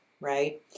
right